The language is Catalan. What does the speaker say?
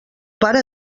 pare